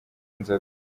inzoga